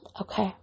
Okay